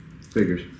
Figures